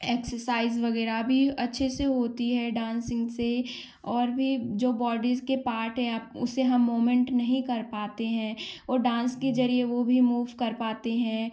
exercise वगैरह भी अच्छे से होती है डांसिंग से और भी जो बॉडीज़ के पार्ट हैं आप उसे हम मोमेंट नहीं कर पाते हैं और डांस के जरिये वो भी मूव कर पाते हैं